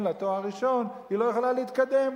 לה תואר ראשון היא לא יכולה להתקדם.